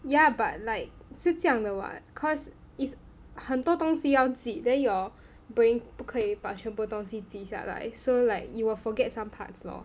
ya but like 是这样的 what because is 很多东西要记 then your brain 不可以把全部东西记下来 so like you will forget some parts lor